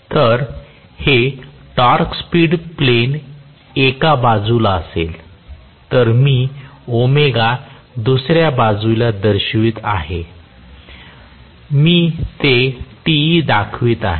जर हे torque speed plane एका बाजूला असेल तर मी दुसर्या बाजूला दाखवित आहे मी ते Te दाखवित आहे